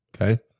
Okay